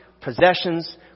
possessions